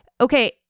okay